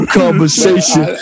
conversation